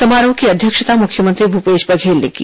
समारोह की अध्यक्षता मुख्यमंत्री भूपेश बघेल ने की